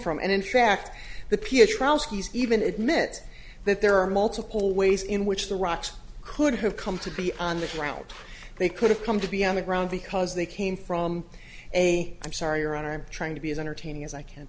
he's even admits that there are multiple ways in which the rocks could have come to be on the ground they could have come to be on the ground because they came from a i'm sorry your honor i'm trying to be as entertaining as i can